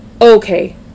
Okay